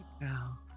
now